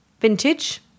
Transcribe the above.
vintage